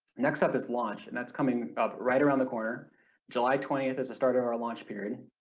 next up is launch and that's coming up right around the corner july twentieth is the start of our launch period.